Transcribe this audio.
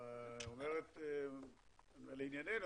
לענייננו,